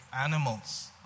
animals